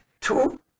two